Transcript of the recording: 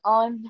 on